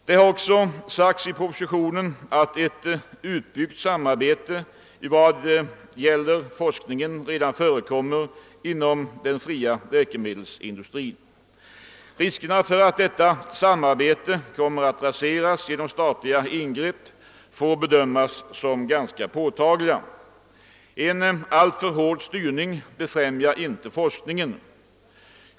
Det har också sagts i propositionen att ett utbyggt samarbete vad gäller forskningen redan förekommer inom den fria läkemedelsindustrin. Riskerna för att detta samarbete kommer att raseras genom statliga ingrepp får bedö mas som påtagliga. En alltför hård styrning befrämjar inte forskningen.